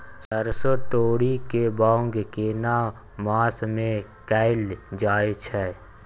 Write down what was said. सरसो, तोरी के बौग केना मास में कैल जायत छै?